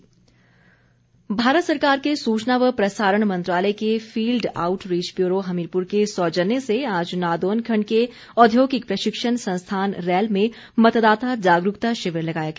out reach Bharat सरकार के सुचना व प्रसारण मंत्रालय के field outreach bureau Hamirpur के सौजन्य से आज नादौन खंड के औद्योगिक प्रशिक्षण संस्थान रैल में मतदाता जागरूकता शिविर लगाया गया